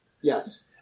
Yes